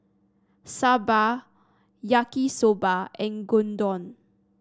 Sambar Yaki Soba and Gyudon